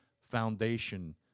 foundation